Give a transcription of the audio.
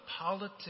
politics